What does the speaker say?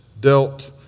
dealt